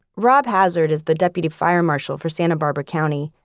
rob hazard is the deputy fire marshal for santa barbara county,